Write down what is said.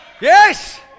Yes